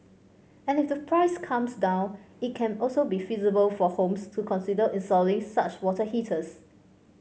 and if the price comes down it can also be feasible for homes to consider installing such water heaters